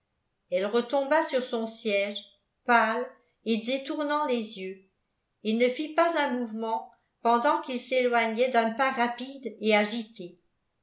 elle retomba sur son siège pâle et détournant les yeux et ne fit pas un mouvement pendant qu'il s'éloignait d'un pas rapide et agité